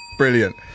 Brilliant